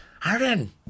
Harden